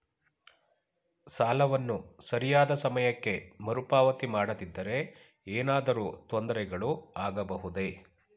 ಸಾಲವನ್ನು ಸರಿಯಾದ ಸಮಯಕ್ಕೆ ಮರುಪಾವತಿ ಮಾಡದಿದ್ದರೆ ಏನಾದರೂ ತೊಂದರೆಗಳು ಆಗಬಹುದೇ?